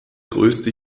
größte